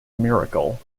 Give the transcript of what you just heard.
miracle